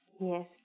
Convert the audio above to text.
Yes